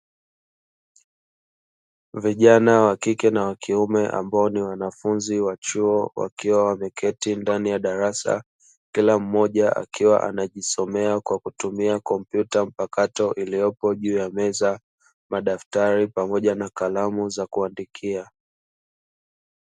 Vijana wa kike na wa kiume ambao ni wanafunzi wa chuo wakiwa wameketi ndani ya darasa, kila mmoja akiwa anajisomea kwa kutumia kompyuta mpakato iliyopo juu ya meza, madaftari pamoja na kalamu za kuandikia.